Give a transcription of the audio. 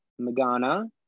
Magana